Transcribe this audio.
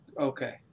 okay